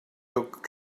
oak